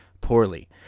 poorly